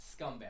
scumbag